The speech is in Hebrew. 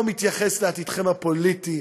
לא מתייחס לעתידכם הפוליטי,